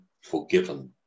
forgiven